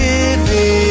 Living